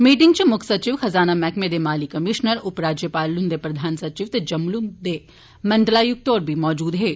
मीटिंगा च मुक्ख सचिव खजाना मैह्कमें दे माली कमीश्नर उपराज्यपाल हुन्दे प्रधान सचिव ते जम्मू दे मंडलायुक्त होर बी मौजूद हे